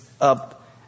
up